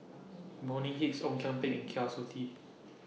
Bonny Hicks Ong Kian Peng Kwa Siew Tee